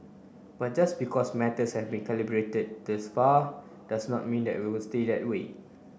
but just because matters have been calibrated thus far does not mean that we will stay at way